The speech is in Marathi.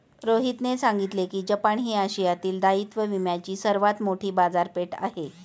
रोहितने सांगितले की जपान ही आशियातील दायित्व विम्याची सर्वात मोठी बाजारपेठ आहे